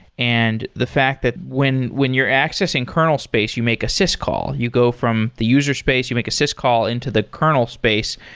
and the fact that when when you're accessing kernel space, you make a syscall. you go from the user space, you make a syscall into the kernel space,